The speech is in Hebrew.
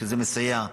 שזה מסייע.